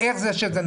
איך זה נפל?